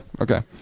okay